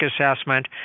assessment